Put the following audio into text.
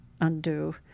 undo